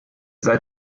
seid